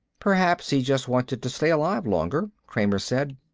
perhaps he just wanted to stay alive longer, kramer said.